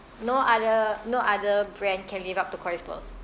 no other no other brand can live up to Koi's pearls